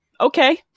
Okay